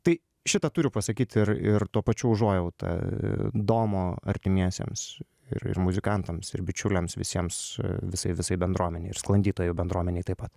tai šitą turiu pasakyti ir ir tuo pačiu užuojautą domo artimiesiems ir ir muzikantams ir bičiuliams visiems visai visai bendruomenei ir sklandytojų bendruomenei taip pat